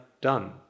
done